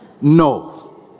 No